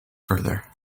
further